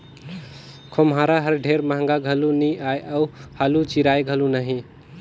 खोम्हरा हर ढेर महगा घलो नी आए अउ हालु चिराए घलो नही